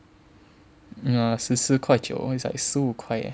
ya 十四块九 is like 十五块 eh